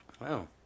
Wow